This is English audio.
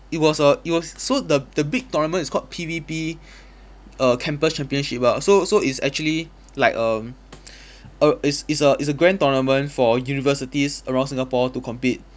it was a it was so the the big tournament is called P_V_P err campus championship ah so so it's actually like um err it's it's a it's a grand tournament for universities around singapore to compete